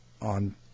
on